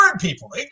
people